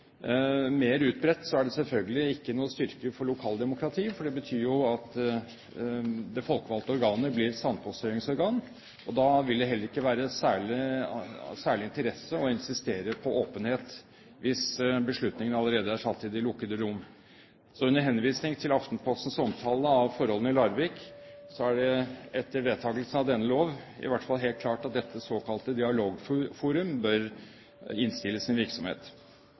mer utbredt, er det selvfølgelig ikke noen styrke for lokaldemokratiet, for det betyr at det folkevalgte organet blir sandpåstrøingsorgan. Da vil det heller ikke være av særlig interesse å insistere på åpenhet, hvis beslutningen allerede er tatt i de lukkede rom. Så under henvisning til Aftenpostens omtale av forholdene i Larvik er det etter vedtakelse av denne lov helt klart at dette såkalte dialogforum bør innstille sin virksomhet.